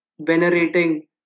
venerating